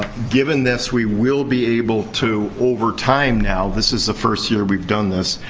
given this, we will be able to, over time now. this is the first year we've done this.